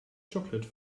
chocolate